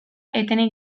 etenik